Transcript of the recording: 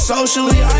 Socially